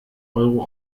euro